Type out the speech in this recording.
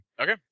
Okay